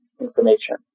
information